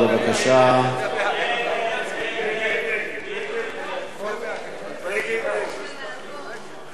ההצעה להסיר את הנושא מסדר-היום של הכנסת נתקבלה.